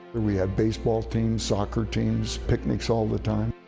we had baseball teams, soccer teams, picnics all the time,